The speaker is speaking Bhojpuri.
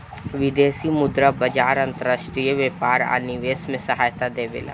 विदेशी मुद्रा बाजार अंतर्राष्ट्रीय व्यापार आ निवेश में सहायता देबेला